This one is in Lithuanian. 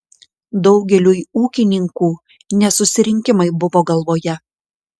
daugeliui ūkininkų ne susirinkimai buvo galvoje